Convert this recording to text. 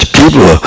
people